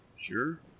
Sure